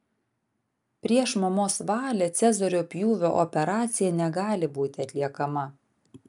prieš mamos valią cezario pjūvio operacija negali būti atliekama